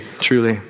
truly